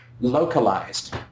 localized